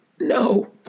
No